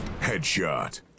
Headshot